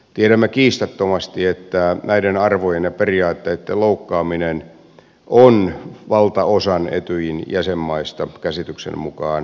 tiedämme kiistattomasti että näiden arvojen ja periaatteitten loukkaaminen on etyjin jäsenmaista valtaosan käsityksen mukaan tuomittavaa